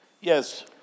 Yes